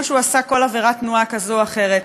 שהוא עשה כל עבירת תנועה כזו או אחרת,